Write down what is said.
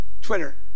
Twitter